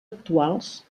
actuals